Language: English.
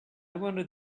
wanted